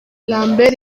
lambert